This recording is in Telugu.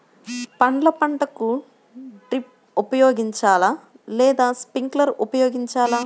పండ్ల పంటలకు డ్రిప్ ఉపయోగించాలా లేదా స్ప్రింక్లర్ ఉపయోగించాలా?